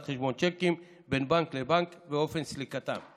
חשבון צ'קים בין בנק לבנק ואופן סליקתם.